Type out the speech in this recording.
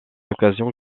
occasion